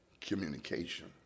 communication